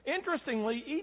Interestingly